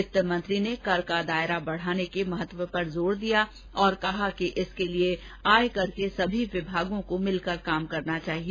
वित्तमंत्री ने कर का दायरा बढ़ाने के महत्व पर जोर दिया और कहा कि इसके लिए आयकर के सभी विभागों को मिलकर काम करना चाहिए